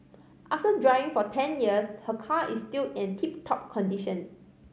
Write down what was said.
after driving for ten years her car is still in tip top condition